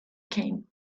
came